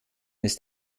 ist